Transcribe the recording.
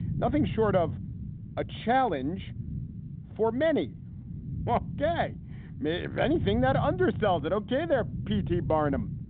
nothing short of a challenge for many while gay men. if anything, that undersells it. okay. they're p t. barnum.